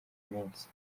minsi